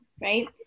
right